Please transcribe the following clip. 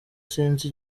sinzi